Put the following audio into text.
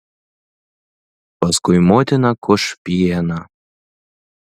paskui motina koš pieną